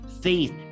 faith